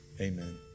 Amen